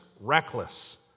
reckless